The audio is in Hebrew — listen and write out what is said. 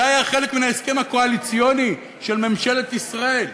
זה היה חלק מן ההסכם הקואליציוני של ממשלת ישראל.